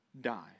die